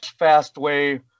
Fastway